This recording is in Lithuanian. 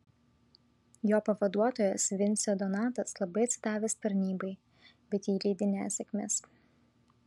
jo pavaduotojas vincė donatas labai atsidavęs tarnybai bet jį lydi nesėkmės